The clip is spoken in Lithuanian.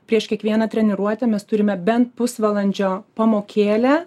prieš kiekvieną treniruotę mes turime bent pusvalandžio pamokėlę